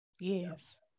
Yes